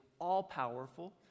all-powerful